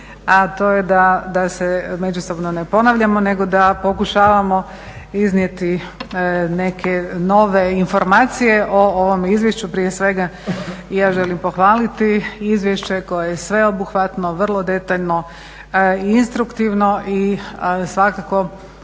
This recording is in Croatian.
a to je da se međusobno ne ponavljamo nego da pokušavamo iznijeti neke nove informacije o ovom izvješću. Prije svega i ja želim pohvaliti izvješće koje je sveobuhvatno, vrlo detaljno i instruktivno i svakako